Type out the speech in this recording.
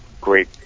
great